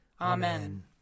Amen